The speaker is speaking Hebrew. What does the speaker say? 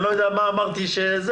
אני לא יודע מה אמרתי שהכעיס.